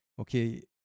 Okay